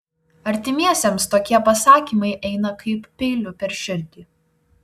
artimiesiems tokie pasakymai eina kaip peiliu per širdį